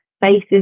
faces